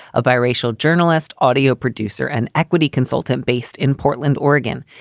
a bi-racial journalist, audio producer and equity consultant based in portland, oregon.